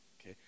okay